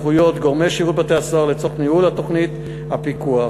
סמכויות גורמי שירות בתי-הסוהר לצורך ניהול תוכנית הפיקוח